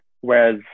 Whereas